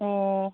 ꯑꯣ